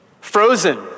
Frozen